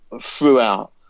throughout